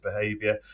behavior